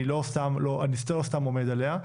אני לא סתם עומד עליה.